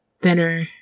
thinner